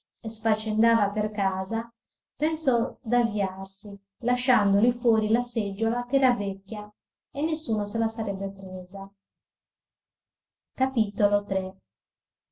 e sfaccendava per casa pensò d'avviarsi lasciando lì fuori la seggiola ch'era vecchia e nessuno se la sarebbe presa